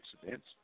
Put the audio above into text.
accidents